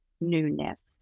newness